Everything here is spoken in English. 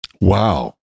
Wow